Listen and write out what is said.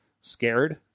scared